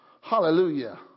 Hallelujah